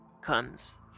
comes